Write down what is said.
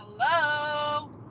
hello